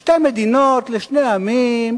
על שתי מדינות לשני עמים,